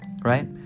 right